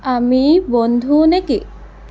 আমি বন্ধু নেকি